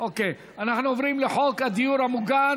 אנחנו עוברים לחוק הדיור המוגן